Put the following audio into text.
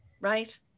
right